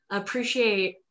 appreciate